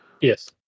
Yes